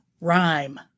rhyme